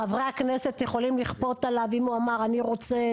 חברי הכנסת יכולים לכפות עליו אם הוא אמר אני רוצה,